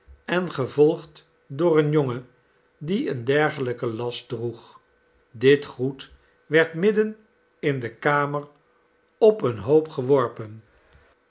en gevolgd door een jongen die een dergelijken last droeg dit goed werd midden in de kamer op een hoop geworpen